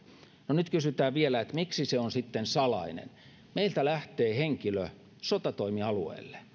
nyt kysytään vielä että miksi se on sitten salainen meiltä lähtee henkilö sotatoimialueelle